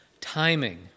Timing